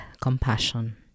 compassion